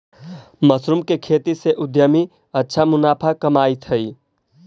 mushroom के खेती से उद्यमी अच्छा मुनाफा कमाइत हइ